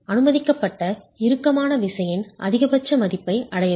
அனுமதிக்கப்பட்ட இறுக்கமான விசையின் அதிகபட்ச மதிப்பை அடையவில்லை